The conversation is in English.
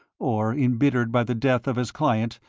or, embittered by the death of his client,